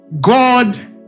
God